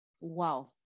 Wow